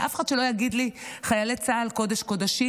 ואף אחד שלא יגיד לי: חיילי צה"ל קודש-קודשים,